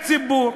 לציבור?